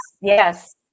yes